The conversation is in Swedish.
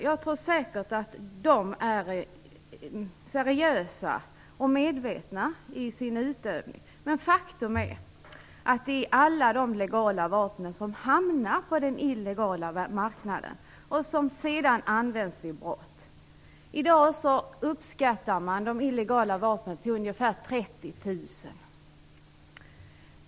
Jag tror säkert att de är seriösa och medvetna i sin utövning. Men faktum är att det är de legala vapnen som hamnar på den illegala marknaden och sedan används vid brott. I dag uppskattar man antalet illegala vapen till ungefär 30 000.